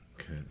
Okay